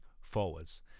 forwards